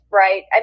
right